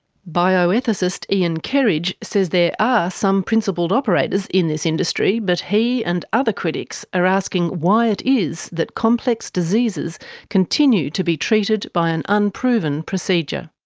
bio-ethicist ian kerridge says there are some principled operators in this industry, but he and other critics are asking why it is that complex diseases continue to be treated by an unproven procedure.